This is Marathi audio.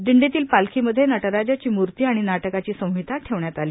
दिंडीतील पालखीमध्ये नटराजाची मर्ती आणि नाटकाची संहिता ठेवण्यात आली